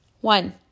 One